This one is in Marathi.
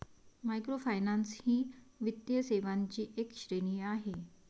मायक्रोफायनान्स ही वित्तीय सेवांची एक श्रेणी आहे